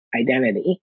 Identity